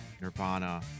Nirvana